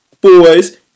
boys